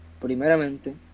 Primeramente